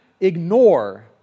ignore